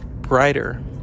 brighter